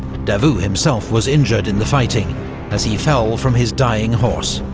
davout himself was injured in the fighting as he fell from his dying horse,